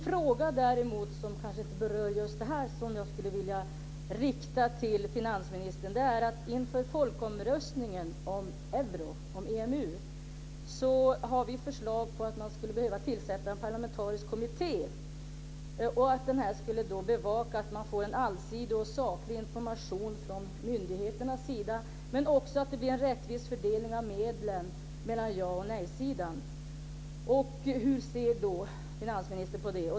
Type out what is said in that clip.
Jag vill rikta en fråga till finansministern. Inför folkomröstningen om EMU föreslår vi att man tillsätter en parlamentarisk kommitté som bevakar att det blir en allsidig och saklig information från myndigheterna men också att det blir en rättvis fördelning av medlen mellan ja och nejsidan. Hur ser finansministern på det?